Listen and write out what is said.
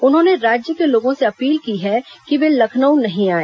उन्होंने राज्य के लोगों से अपील की है कि वे लखनऊ नहीं आए